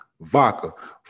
Vodka